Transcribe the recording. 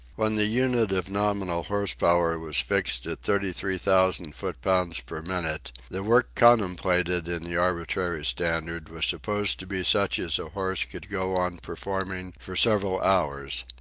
when the unit of nominal horse-power was fixed at thirty three thousand foot-pounds per minute the work contemplated in the arbitrary standard was supposed to be such as a horse could go on performing for several hours.